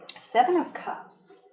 seven of cups